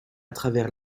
travers